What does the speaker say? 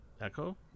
Echo